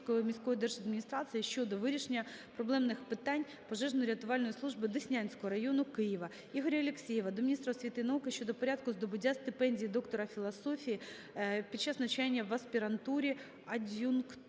до міністра освіти і науки щодо порядку здобуття ступеня доктора філософії під час навчання в аспірантурі (ад'юнктурі).